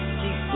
keep